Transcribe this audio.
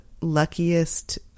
luckiest